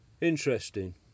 Interesting